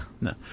No